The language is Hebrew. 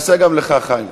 אני אעשה גם לך, חיימקה.